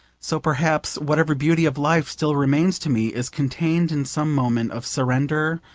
so perhaps whatever beauty of life still remains to me is contained in some moment of surrender,